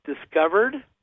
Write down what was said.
discovered